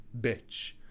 bitch